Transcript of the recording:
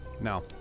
No